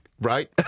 Right